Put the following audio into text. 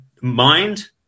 mind